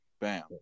Bam